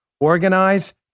Organize